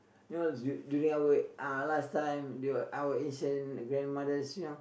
you know du~ during our uh last time during our Asian grandmothers you know